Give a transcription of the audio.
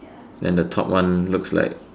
then the top one looks like